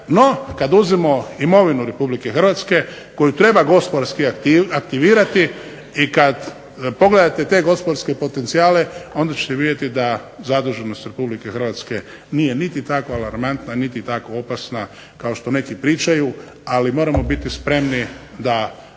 no kad uzmemo imovinu RH koju treba gospodarski aktivirati i kad pogledate te gospodarske potencijale onda ćete vidjeti da zaduženost RH nije niti tako alarmantna, niti tako opasna kao što neki pričaju. Ali, moramo biti spremni da